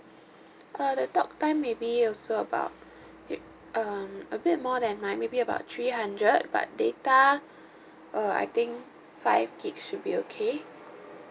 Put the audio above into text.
uh the talk time maybe also about it um a bit more than mine maybe about three hundred but data uh I think five gig should be okay